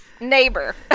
neighbor